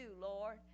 Lord